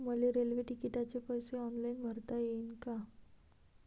मले रेल्वे तिकिटाचे पैसे ऑनलाईन भरता येईन का?